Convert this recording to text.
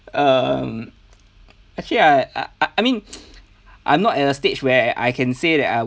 um actually I I I I mean I'm not at the stage where I can say that I